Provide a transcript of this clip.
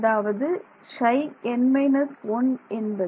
அதாவது Ψn−1 என்பது